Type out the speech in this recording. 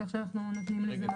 כך שאנחנו נותנים לזה מענה.